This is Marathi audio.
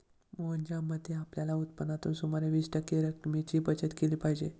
मोहनच्या मते, आपल्या उत्पन्नातून सुमारे वीस टक्के रक्कमेची बचत केली पाहिजे